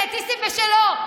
אליטיסטים ושלא.